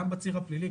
גם בציר הפלילי,